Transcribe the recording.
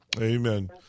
Amen